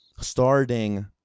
Starting